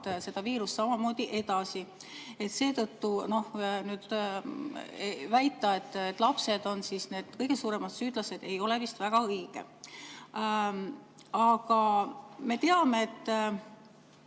seda viirust samamoodi edasi. Seetõttu väita, et lapsed on need kõige suuremad süüdlased, ei ole vist väga õige. Aga me teame ka